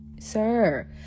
Sir